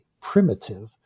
primitive